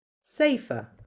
safer